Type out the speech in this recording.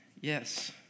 yes